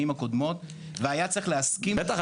הקודמות והיה צריך להסכים --- בטח,